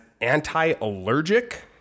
anti-allergic